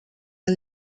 the